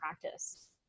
practice